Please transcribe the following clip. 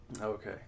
Okay